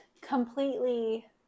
completely